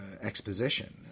exposition